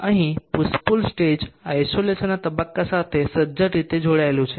અહીં push pull stage આઇસોલેસનના તબક્કા સાથે સજ્જડ રીતે જોડાયેલું છે